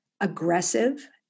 aggressive